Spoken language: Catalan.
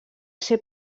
ser